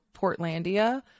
Portlandia